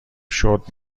شرت